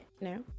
no